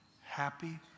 happy